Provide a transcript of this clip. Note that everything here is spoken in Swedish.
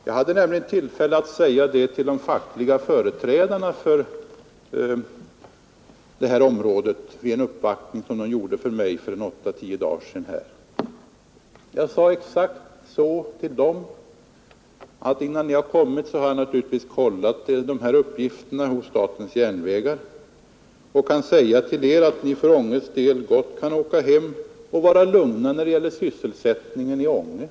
Jag hade tillfälle att säga detta till de fackliga företrädarna för detta område vid en uppvaktning som de gjorde för mig för åtta tio dagar sedan. Jag sade till dem att jag innan de kommit naturligtvis hade kollat uppgifterna hos SJ och att jag kunde säga till dem att de för Ånges del gott kunde åka hem och vara lugna när det gäller sysselsättningen i Ånge.